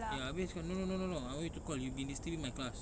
ya habis dia cakap no no no I want you to call you've been disturbing my class